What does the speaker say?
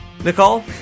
Nicole